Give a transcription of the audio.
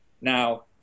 Now